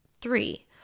Three